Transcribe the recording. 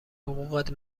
حقوقت